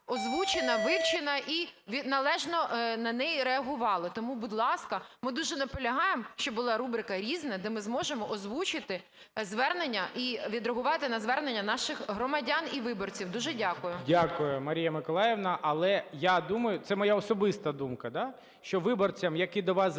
озвучена, вивчена і належно на неї реагували. Тому, будь ласка, ми дуже наполягаємо, щоб була рубрика "Різне", де ми зможемо озвучити звернення і відреагувати на звернення наших громадян і виборців. Дуже дякую. ГОЛОВУЮЧИЙ. Дякую, Марія Миколаївна. Але я думаю, це моя особиста думка, що виборцям, які до вас звертаються,